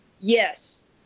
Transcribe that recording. Yes